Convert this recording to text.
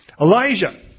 Elijah